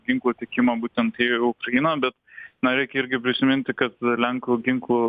ginklų tiekimą būtent ir į ukrainą bet na reikia irgi prisiminti kad lenkų ginklų